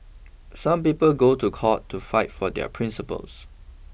some people go to court to fight for their principles